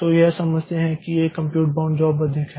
तो यह समझते हैं कि यह एक कम्प्यूट बाउंड जॉब अधिक है